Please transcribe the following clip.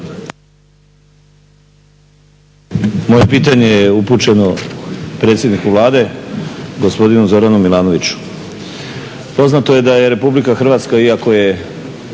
Moje pitanje je upućeno predsjedniku Vlade, gospodinu Zoranu Milanoviću. Poznato je da je RH iako je